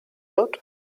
out